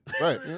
Right